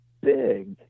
big